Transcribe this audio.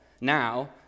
now